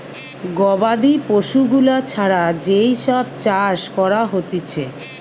গবাদি পশু গুলা ছাড়া যেই সব চাষ করা হতিছে